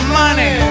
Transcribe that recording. money